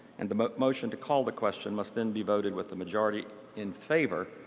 and the but motion to call the question must then be voted with the majority in favor,